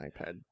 iPad